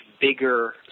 bigger